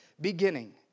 beginning